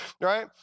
right